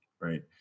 right